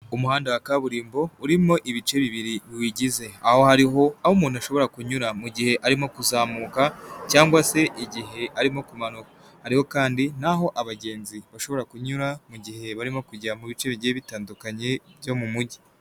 Umuhanda wa kaburimbo urimo ibice bibiri biwugize, aho hariho aho umuntu ashobora kunyura mu gihe arimo kuzamuka cyangwa se igihe arimo kumanuka, hariho kandi n'aho abagenzi bashobora kunyura mu gihe barimo kujya mu bice bigiye bitandukanye byo mu mujyi.